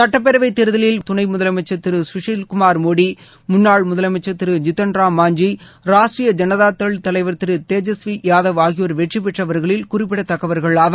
சுட்டப்பேரவை தேர்தலில் துணை முதலமைச்சர் திரு கஷில் குமார் மோடி முன்னாள் முதலமைச்சர் திரு ஜித்தன் ராம் மான்ஜி ராஷ்டரிய ஜனதா தள் தலைவர் திரு தேஜஸ்வி யாதவ் ஆகியோர் வெற்றிபெற்றவர்களில் குறிப்பிடத்தக்கவர்கள் ஆவர்